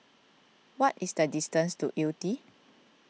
what is the distance to Yew Tee